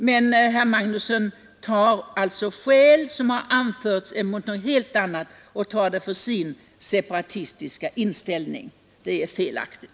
Herr Magnusson tar skäl som anförts för något helt annat och använder dem för sin separatistiska inställning. Det är felaktigt.